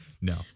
No